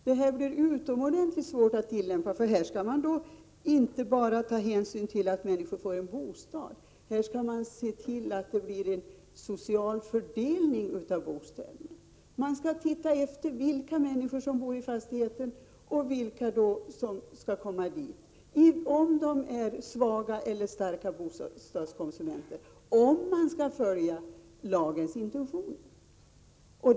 Den blir utomordentligt svår att tillämpa, för här skall man inte bara ta hänsyn till att människor får en bostad, utan man skall se till att det blir en social fördelning av bostäderna. Man skall titta efter vilka människor som bor i fastigheten och vilka som skall få komma dit, dvs. om de är svaga eller starka bostadskonsumenter. Så blir det om man skall följa lagens intentioner.